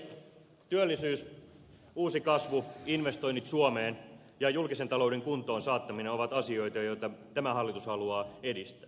työllisyys uusi kasvu investoinnit suomeen ja julkisen talouden kuntoonsaattaminen ovat asioita joita tämä hallitus haluaa edistää